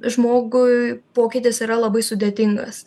žmogui pokytis yra labai sudėtingas